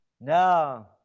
No